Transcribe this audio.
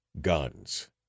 guns